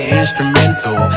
instrumental